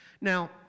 Now